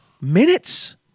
minutes